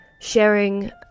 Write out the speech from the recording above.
sharing